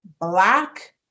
black